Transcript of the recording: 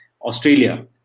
Australia